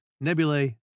Nebulae